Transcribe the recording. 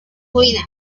ruinas